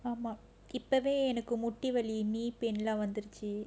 இப்பவே எனக்கு முட்டி வலி:ippavae enakku mutti vali knee pain lah வந்துருச்சி:vanthuruchi